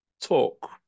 talk